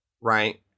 right